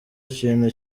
ikintu